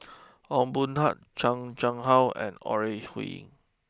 Ong Boon Tat Chan Chang how and Ore Huiying